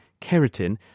keratin